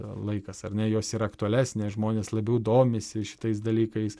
laikas ar ne jos yra aktualesnė žmonės labiau domisi šitais dalykais